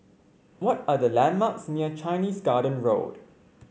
what are the landmarks near Chinese Garden Road